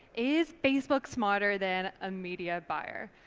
is facebook smarter than a media buyer?